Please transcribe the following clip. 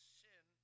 sin